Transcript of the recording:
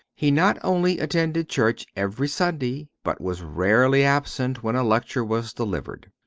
he not only attended church every sunday, but was rarely absent when a lecture was delivered.